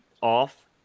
off